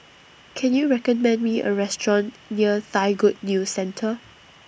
Can YOU recommend Me A Restaurant near Thai Good News Centre